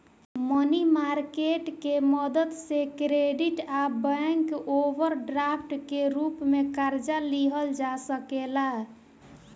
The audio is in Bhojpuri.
मनी मार्केट के मदद से क्रेडिट आ बैंक ओवरड्राफ्ट के रूप में कर्जा लिहल जा सकेला